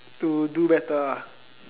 to do better ah